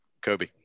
Kobe